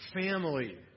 family